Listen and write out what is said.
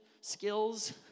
skills